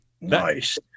Nice